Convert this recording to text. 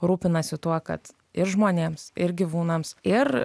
rūpinasi tuo kad ir žmonėms ir gyvūnams ir